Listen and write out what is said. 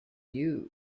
used